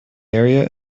area